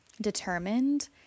determined